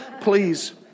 please